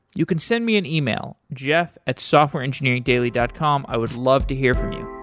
you can send me an email, jeff at softwareengineeringdaily dot com. i would love to hear from you.